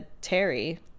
Terry